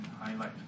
highlight